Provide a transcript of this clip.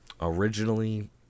originally